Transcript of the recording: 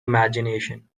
imagination